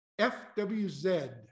FWZ